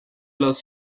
los